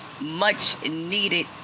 much-needed